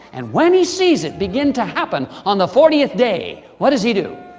and when he sees it begin to happen on the fortieth day, what does he do?